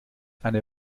eine